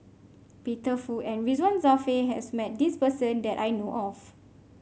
Peter Fu and Ridzwan Dzafir has met this person that I know of